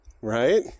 Right